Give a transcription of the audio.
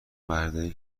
مردایی